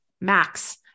max